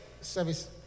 service